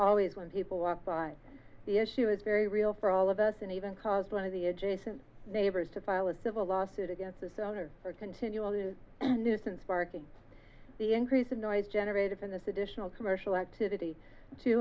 always when people walk by the issue is very real for all of us and even caused one of the adjacent neighbors to file a civil lawsuit against this owner for continually nuisance barking the increase of noise generated from this additional commercial activity to